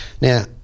Now